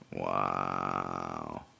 Wow